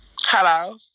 Hello